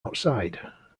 outside